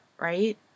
right